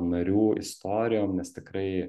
narių istorijom nes tikrai